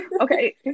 Okay